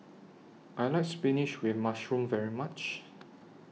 I like Spinach with Mushroom very much